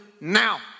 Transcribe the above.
now